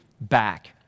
back